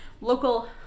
local